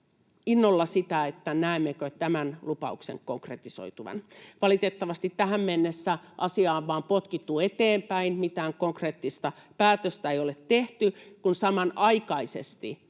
innolla sitä, näemmekö tämän lupauksen konkretisoituvan. Valitettavasti tähän mennessä asiaa on vain potkittu eteenpäin. Mitään konkreettista päätöstä ei ole tehty. Samanaikaisesti